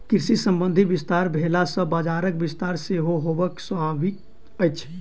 कृषि संबंधी विस्तार भेला सॅ बजारक विस्तार सेहो होयब स्वाभाविक अछि